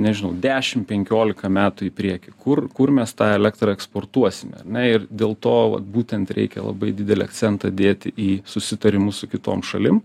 nežinau dešim penkiolika metų į priekį kur kur mes tą elektrą eksportuosim ar ne ir dėl to vat būtent reikia labai didelį akcentą dėt į susitarimus su kitom šalim